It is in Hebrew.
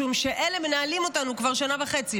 משום שאלה מנהלים אותנו כבר שנה וחצי,